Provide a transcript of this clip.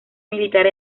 militar